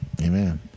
amen